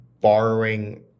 borrowing